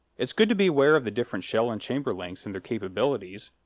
it's good to be aware of the different shell and chamber lengths and their capabilities,